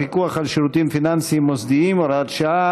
הפיקוח על שירותים פיננסיים מוסדיים (הוראת שעה),